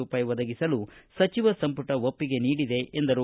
ರೂಪಾಯಿ ಒದಗಿಸಲು ಸಚಿವ ಸಂಪುಟ ಒಪ್ಪಿಗೆ ನೀಡಿದೆ ಎಂದರು